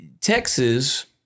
Texas